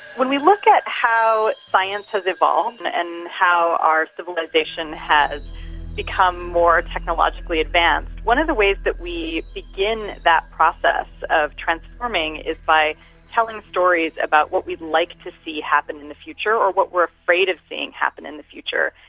when you look at how science has evolved and and how our civilisation has become more technologically advanced, one of the ways that we begin that process of transforming is by telling stories about what we'd like to see happen in the future, or what we're afraid of seeing happen in the future.